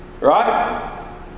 Right